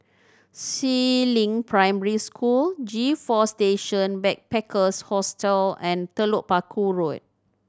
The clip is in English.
Si Ling Primary School G Four Station Backpackers Hostel and Telok Paku Road